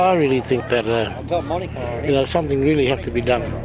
um really think that ah um ah like you know something really had to be done.